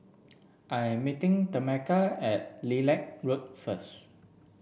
I am meeting Tameka at Lilac Road first